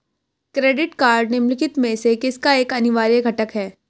Credit card निम्नलिखित में से किसका एक अनिवार्य घटक है?